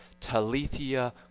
talithia